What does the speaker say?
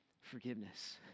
Forgiveness